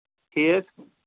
ٹھیٖک